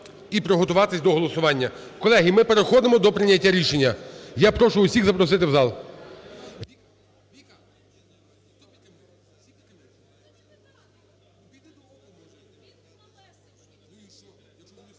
і приготуватись до голосування. Колеги, ми переходимо до прийняття рішення. Я прошу всіх запросити в зал. Отже, колеги,